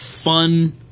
fun